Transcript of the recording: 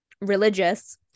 religious